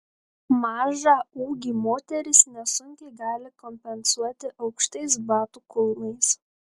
mažą ūgį moterys nesunkiai gali kompensuoti aukštais batų kulnais